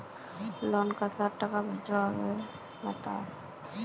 Loan कतला टाका भेजुआ होबे बताउ?